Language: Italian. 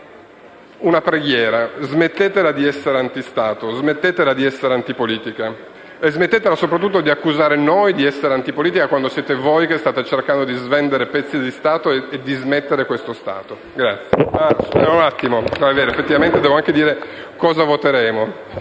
una preghiera: smettetela di essere antistato, smettetela di essere antipolitica, e smettetela soprattutto di accusare noi di essere antipolitica, quando siete voi che state cercando di svendere pezzi di Stato e di dismettere questo Stato. Oltre